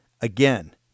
Again